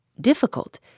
Difficult